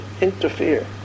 interfere